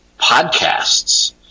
podcasts